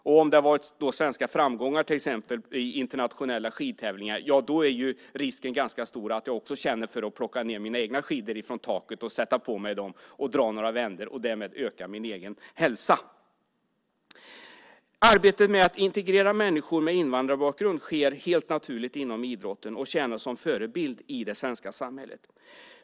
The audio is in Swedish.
Om det har varit svenska framgångar i till exempel internationella skidtävlingar är chansen stor att jag också själv känner för att plocka ned mina egna skidor från taket, dra några vändor och därmed öka min egen hälsa. Arbetet med att integrera människor med invandrarbakgrund sker helt naturligt inom idrotten och tjänar som förebild i det svenska samhället.